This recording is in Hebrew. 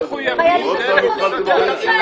משוחררים, תגיד להם את זה.